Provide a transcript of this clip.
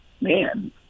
Man